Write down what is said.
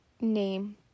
name